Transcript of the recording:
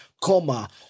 comma